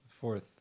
Fourth